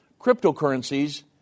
cryptocurrencies